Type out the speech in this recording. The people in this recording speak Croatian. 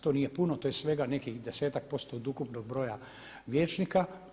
To nije puno, to je svega nekih desetak posto od ukupnog broja vijećnika.